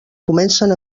comencen